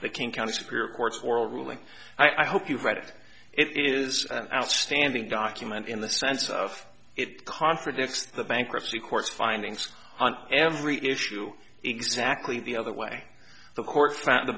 the king county superior court for a ruling i hope you've read it it is an outstanding document in the sense of it contradicts the bankruptcy court findings on every issue exactly the other way the court found the